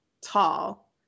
tall